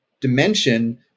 dimension